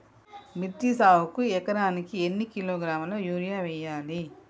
మిర్చి సాగుకు ఎకరానికి ఎన్ని కిలోగ్రాముల యూరియా వేయాలి?